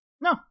No